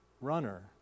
runner